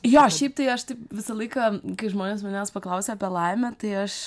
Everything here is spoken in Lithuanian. jo šiaip tai aš visą laiką kai žmonės manęs paklausia apie laimę tai aš